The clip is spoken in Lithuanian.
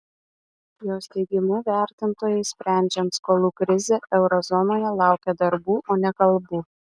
jos teigimu vertintojai sprendžiant skolų krizę euro zonoje laukia darbų o ne kalbų